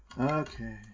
Okay